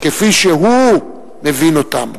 כפי שהוא מבין אותן.